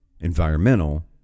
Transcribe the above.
environmental